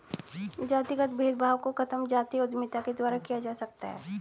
जातिगत भेदभाव को खत्म जातीय उद्यमिता के द्वारा किया जा सकता है